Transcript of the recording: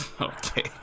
Okay